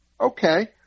Okay